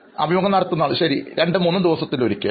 അഭിമുഖം നടത്തുന്നയാൾ ശരി രണ്ടുമൂന്ന് ദിവസത്തിലൊരിക്കൽ